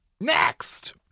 Next